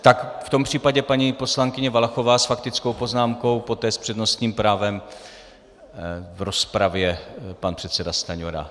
Tak v tom případě paní poslankyně Valachová s faktickou poznámkou, poté s přednostním právem v rozpravě pan předseda Stanjura.